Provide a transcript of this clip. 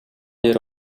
дээр